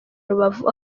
rubavu